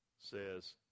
says